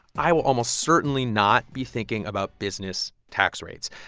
i will almost certainly not be thinking about business tax rates.